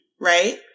Right